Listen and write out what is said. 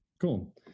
Cool